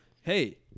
hey